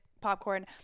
popcorn